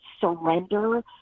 surrender